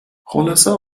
خلاصه